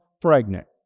pregnant